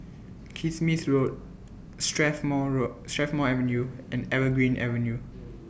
Kismis Road Strathmore Road Strathmore Avenue and Evergreen Avenue